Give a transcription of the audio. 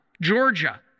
Georgia